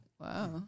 Wow